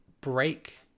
break